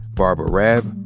barbara raab,